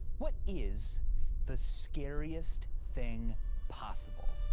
what is the scariest thing possible?